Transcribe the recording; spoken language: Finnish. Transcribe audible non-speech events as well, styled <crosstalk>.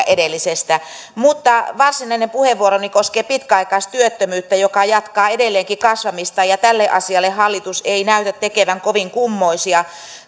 <unintelligible> edellisestä mutta varsinainen puheenvuoroni koskee pitkäaikaistyöttömyyttä joka jatkaa edelleenkin kasvamistaan ja tälle asialle hallitus ei näytä tekevän kovin kummoisia